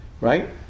right